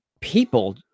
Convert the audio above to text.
people